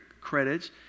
credits